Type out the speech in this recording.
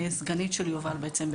סגנית של יובל בעצם,